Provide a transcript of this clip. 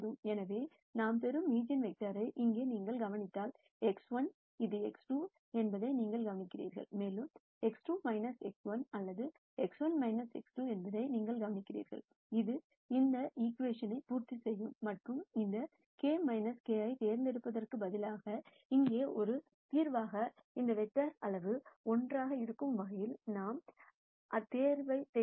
எனவே நாம் பெறும் ஈஜென்வெக்டரை இங்கே நீங்கள் கவனித்தால் X1 இது X2 என்பதை நீங்கள் கவனிக்கிறீர்கள் மேலும் X2 X1 அல்லது X1 X2 என்பதை நீங்கள் கவனிக்கிறீர்கள் இது இந்த ஈகிவேஷன் பூர்த்தி செய்யும் மற்றும் எந்த k k ஐ தேர்ந்தெடுப்பதற்கு பதிலாக இங்கே ஒரு தீர்வாக இந்த வெக்டர் அளவு 1 ஆக இருக்கும் வகையில் நாம் அக் தேர்வு செய்கிறோம்